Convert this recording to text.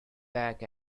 back